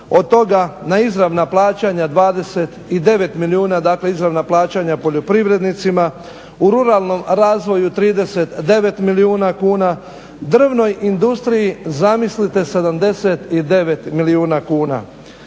od toga na izravna plaćanja 29 milijuna, dakle izravna plaćanja poljoprivrednicima, u ruralnom razvoju 39 milijuna kuna, drvnoj industriji zamislite 79 milijuna kuna.